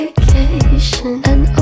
vacation